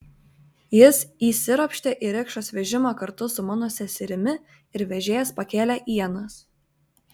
jis įsiropštė į rikšos vežimą kartu su mano seserimi ir vežėjas pakėlė ienas